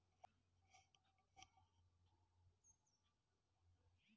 ಸಾಲವನ್ನು ಪಡೆಯಲು ಜಾಮೀನುದಾರರು ಕಡ್ಡಾಯವೇ?